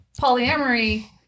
polyamory